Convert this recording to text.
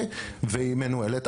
והיא מנוהלת,